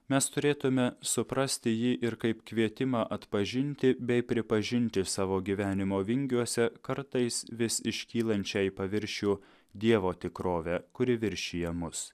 mes turėtume suprasti jį ir kaip kvietimą atpažinti bei pripažinti savo gyvenimo vingiuose kartais vis iškylančiai paviršių dievo tikrovę kuri viršija mus